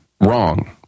wrong